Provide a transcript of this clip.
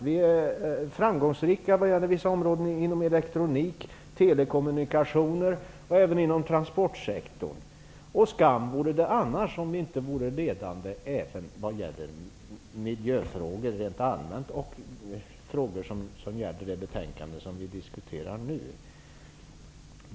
Vi är framgångsrika på vissa områden inom elektroniken, telekommunikationer och även inom transportsektorn. Skam vore det därför om vi inte vore ledande även vad gäller miljöfrågor rent allmänt och vad gäller frågor som tas upp i det betänkande som vi diskuterar nu.